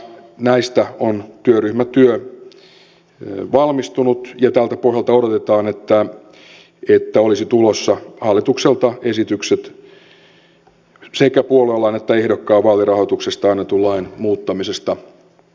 näistä on valmistunut työryhmätyö ja tältä pohjalta odotetaan että hallitukselta olisi tulossa lähiaikoina esitykset sekä puoluelain että ehdokkaan vaalirahoituksesta annetun lain muuttamisesta